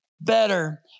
better